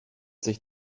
sich